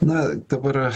na dabar